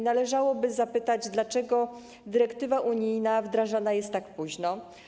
Należałoby zapytać, dlaczego dyrektywa unijna wdrażana jest tak późno.